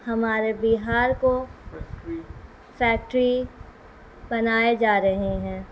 ہمارے بہار کو فیکٹری بنائے جا رہے ہیں